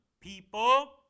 people